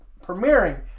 premiering